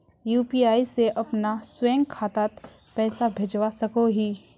UPI से अपना स्वयं खातात पैसा भेजवा सकोहो ही?